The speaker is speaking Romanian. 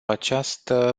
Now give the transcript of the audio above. această